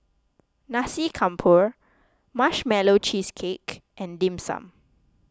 Nasi Campur Marshmallow Cheesecake and Dim Sum